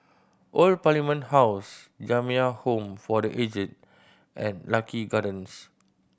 Old Parliament House Jamiyah Home for The Aged and Lucky Gardens